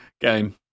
game